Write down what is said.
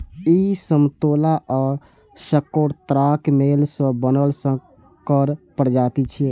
ई समतोला आ चकोतराक मेल सं बनल संकर प्रजाति छियै